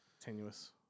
Tenuous